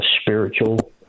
spiritual